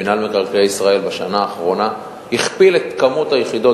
מינהל מקרקעי ישראל הכפיל בשנה האחרונה את מספר יחידות